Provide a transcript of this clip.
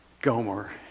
Gomer